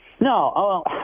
No